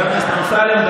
חבר הכנסת אמסלם,